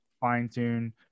fine-tune